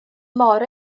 mor